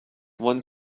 one